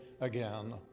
again